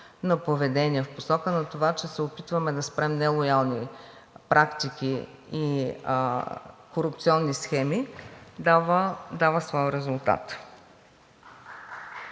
на поведение, в посока на това, че се опитваме да спрем нелоялни практики и корупционни схеми дава своя резултат.